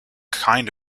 kind